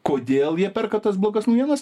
kodėl jie perka tas blogas naujienas